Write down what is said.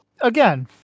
again